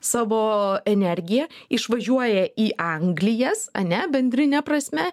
savo energiją išvažiuoja į anglijas ane bendrine prasme